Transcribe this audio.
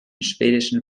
schwedischen